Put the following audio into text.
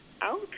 out